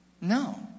No